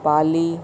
पाली